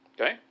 Okay